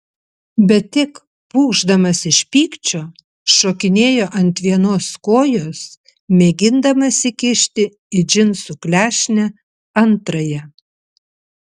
bet tik pūkšdamas iš pykčio šokinėjo ant vienos kojos mėgindamas įkišti į džinsų klešnę antrąją